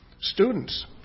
Students